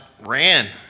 ran